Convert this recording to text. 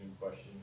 question